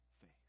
faith